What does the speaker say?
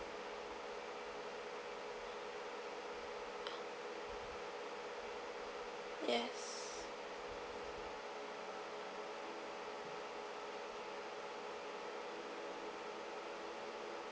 yes